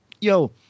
yo